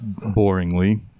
boringly